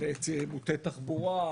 על מוטה תחבורה,